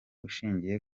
ushingiye